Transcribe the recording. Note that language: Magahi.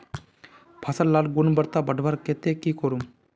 फसल लार गुणवत्ता बढ़वार केते की करूम?